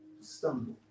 stumble